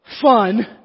fun